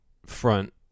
front